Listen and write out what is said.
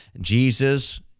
Jesus